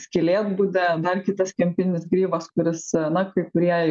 skylėtbudė dar kitas kempininis grybas kuris na kai kurie